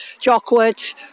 chocolate